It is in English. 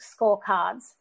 scorecards